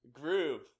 groove